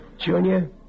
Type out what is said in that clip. Junior